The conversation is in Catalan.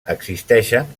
existeixen